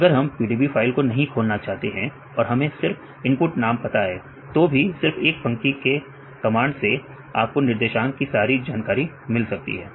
अगर हम PDB file को नहीं खोलना चाहते है और हमें सिर्फ इनपुट नाम पता है तो भी सिर्फ एक पंक्ति में आपको निर्देशांक की सारी जानकारी मिल सकती है